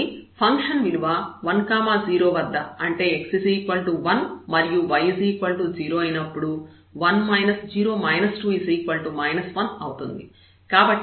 కాబట్టి ఫంక్షన్ విలువ 1 0 వద్ద అంటే x 1 మరియు y 0 అయినప్పుడు 1 0 2 1 అవుతుంది